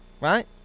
right